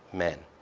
men.